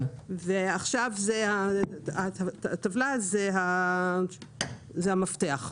עכשיו הטבלה זה המפתח.